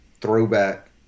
throwback